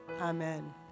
amen